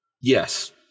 yes